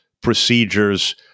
procedures